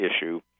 issue